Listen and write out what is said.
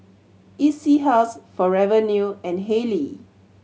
E C House Forever New and Haylee